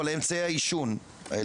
או על אמצעי העישון האלקטרוניים.